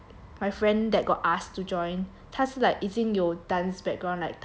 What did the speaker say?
my friend that got asked to join 他是 like 已经有 dance background like 她是 like